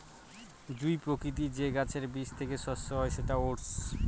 জুঁই প্রকৃতির যে গাছের বীজ থেকে শস্য হয় সেটা ওটস